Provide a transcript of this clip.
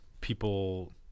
people